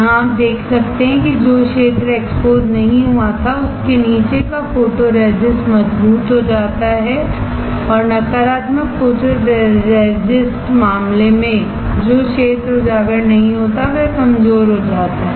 यहां आप देख सकते हैं कि जो क्षेत्र एक्सपोज नहीं हुआ था उसके नीचे का फोटोरेसिस्ट मजबूत हो जाता है और नकारात्मक फोटोरेसिस्ट मामले में जो क्षेत्र एक्सपोज नहीं होता है वह कमजोर हो जाता है